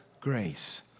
grace